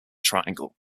triangle